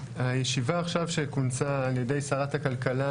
הישיבה עכשיו שכונסה על ידי שרת הכלכלה,